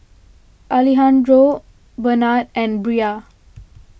Alejandro Benard and Bria